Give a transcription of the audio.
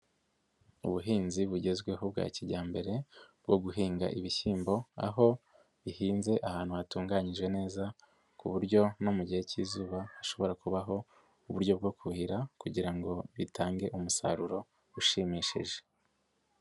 Ubuhinzi bugezweho bwa kijyambere bwo guhinga ibishyimbo, aho bihinze ahantu hatunganyije neza, ku buryo no mu gihe cy'izuba, hashobora kubaho uburyo bwo kuhira kugira ngo bitange umusaruro ushimishije.